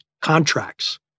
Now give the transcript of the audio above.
Contracts